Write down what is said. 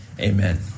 Amen